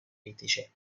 critici